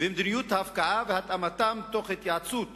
ומדיניות ההפקעה והתאמתן תוך התייעצות